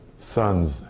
sons